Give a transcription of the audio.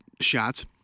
shots